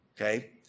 Okay